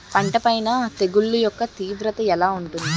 పంట పైన తెగుళ్లు యెక్క తీవ్రత ఎలా ఉంటుంది